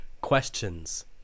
questions